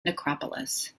necropolis